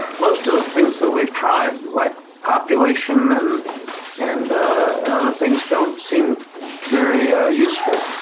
most of the things that we've tried, like population and and and other things, don't seem very ah useful.